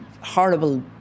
horrible